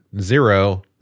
Zero